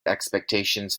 expectations